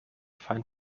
fein